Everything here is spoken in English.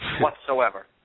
whatsoever